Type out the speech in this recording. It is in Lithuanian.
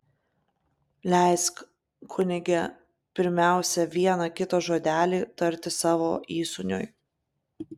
leisk kunige pirmiausia vieną kitą žodelį tarti savo įsūniui